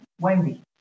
Wendy